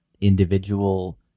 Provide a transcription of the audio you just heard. individual